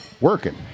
working